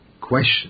question